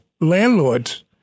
landlords